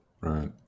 right